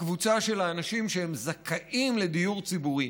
הקבוצה של האנשים שזכאים לדיור ציבורי,